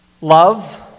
Love